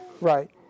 Right